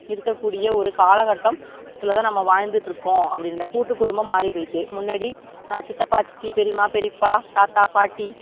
இருக்கக்கூடிய ஒரு காலகட்டம்த்தில் தான் நம்ம வாழ்ந்துட்டுருக்கோம் அப்படின்னு கூட்டுக் குடும்பம் மாறி போயிட்டு முன்னாடி சித்தப்பா சித்தி பெரியம்மா பெரியப்பா தாத்தா பாட்டி